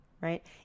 right